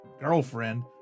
girlfriend